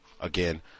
Again